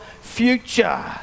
Future